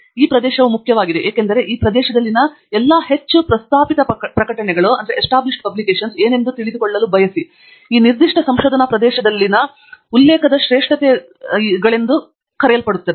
ಈ ಪ್ರದೇಶವು ಮುಖ್ಯವಾದುದು ಏಕೆಂದರೆ ಈ ಪ್ರದೇಶದಲ್ಲಿನ ಎಲ್ಲಾ ಹೆಚ್ಚು ಪ್ರಸ್ತಾಪಿತ ಪ್ರಕಟಣೆಗಳು ಏನೆಂದು ತಿಳಿದುಕೊಳ್ಳಲು ಬಯಸಬಹುದು ಈ ನಿರ್ದಿಷ್ಟ ಸಂಶೋಧನಾ ಪ್ರದೇಶದಲ್ಲಿನ ಉಲ್ಲೇಖದ ಶ್ರೇಷ್ಠತೆಗಳೆಂದು ಕರೆಯಲ್ಪಡುತ್ತವೆ